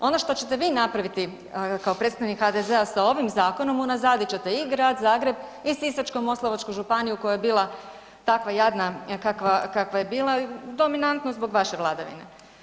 Ono što ćete vi napraviti kao predstavnik HDZ-a sa ovim zakonom unazadit ćete i Grad Zagreb i Sisačko-moslavačku županiju koja je bila takva jadna kakva, kakva je bila, dominantno zbog vaše vladavine.